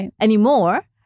anymore